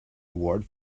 award